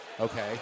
Okay